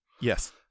Yes